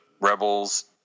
rebels